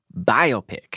biopic